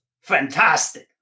fantastic